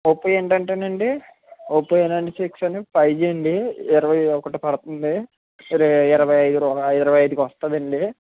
Oppo ఏంటంటేనండి Oppo ఎలాంటి checks అని ఫై జి అండి ఇరవై ఒకటి పడుతుంది ఇరవై ఐ ఇరవై ఐదు కొస్తాదండి